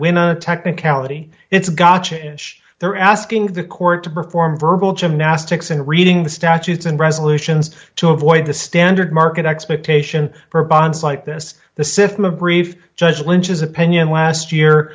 win a technicality it's got change they're asking the court to perform verbal gymnastics in reading the statutes and resolutions to avoid the standard market expectation for bonds like this the system a brief judge lynch's opinion last year